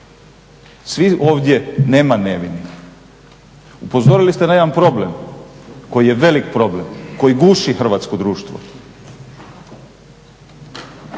Svi ovdje, nema nevinih. Upozorili ste na jedan problem koji je veliki problem, koji guši hrvatsko društvo.